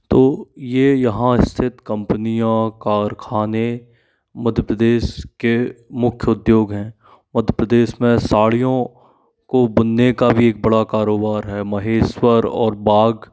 तो यह यहाँ स्थित कम्पनियाँ कारखाने मध्य प्रदेश के मुख्य उद्योग हैं मध्य प्रदेश में साड़ीयों को बुनने का भी एक बड़ा कारोबार है महेश्वर और बाग